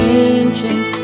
ancient